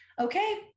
okay